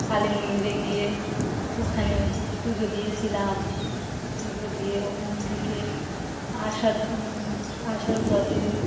কালী মন্দিরে গিয়ে ওখানে পুজো দিয়েছিলাম পুজো দিয়ে ওখান থেকে আসার আসার পথে